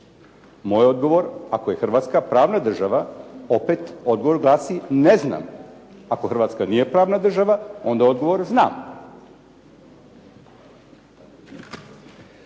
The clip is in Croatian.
Moj odgovor, ako je Hrvatska pravna država opet odgovor glasi ne znam. Ako Hrvatska nije pravna država onda odgovor znam.